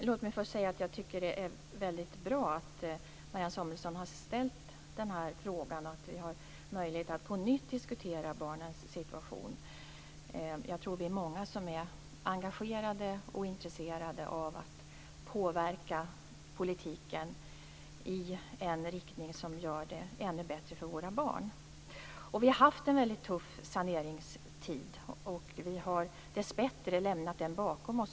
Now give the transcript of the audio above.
Herr talman! Det är väldigt bra att Marianne Samuelsson har tagit upp den här frågan och att vi har möjlighet att på nytt diskutera barnens situation. Jag tror att vi är många som är engagerade och som är intresserade av att påverka politiken i en sådan riktning att det blir ännu bättre för barnen i vårt land. Vi har haft en tuff saneringstid - dessbättre har vi nu den bakom oss.